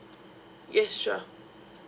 yes sure